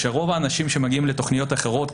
שרוב האנשים שמגיעים לתכניות אחרות,